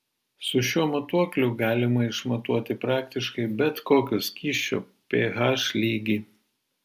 su šiuo matuokliu galima išmatuoti praktiškai bet kokio skysčio ph lygį